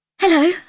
Hello